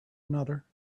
another